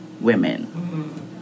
women